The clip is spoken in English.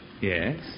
yes